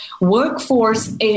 workforce